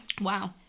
Wow